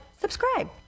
subscribe